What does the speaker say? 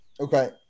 Okay